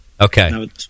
Okay